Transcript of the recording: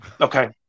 okay